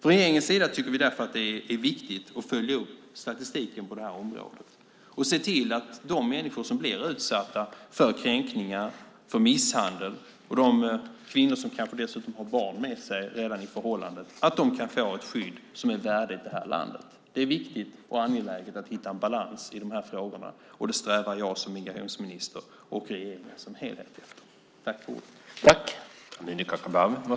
Regeringen tycker därför att det är viktigt att följa upp statistiken på det här området och se till att de människor som blir utsatta för kränkningar och misshandel - och en del kvinnor har kanske dessutom barn med sig i förhållandet - kan få ett skydd som är värdigt det här landet. Det är viktigt och angeläget att hitta en balans i de här frågorna, och det strävar jag som migrationsminister och regeringen som helhet efter.